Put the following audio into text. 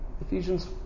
Ephesians